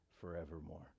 forevermore